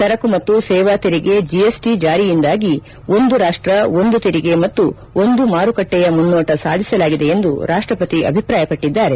ಸರಕು ಮತ್ತು ಸೇವಾ ತೆರಿಗೆ ಜಿಎಸ್ಟಿ ಜಾರಿಯಿಂದಾಗಿ ಒಂದು ರಾಷ್ಟ ಒಂದು ತೆರಿಗೆ ಮತ್ತು ಒಂದು ಮಾರುಕಟ್ಟೆಯ ಮುನ್ನೋಟ ಸಾಧಿಸಲಾಗಿದೆ ಎಂದು ರಾಷ್ಟ್ರಪತಿ ಅಭಿಪ್ರಾಯಪಟ್ಟಿದ್ದಾರೆ